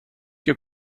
your